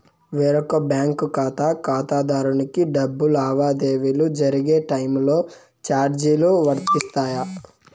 వేరొక బ్యాంకు ఖాతా ఖాతాదారునికి డబ్బు లావాదేవీలు జరిగే టైములో చార్జీలు వర్తిస్తాయా?